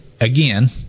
again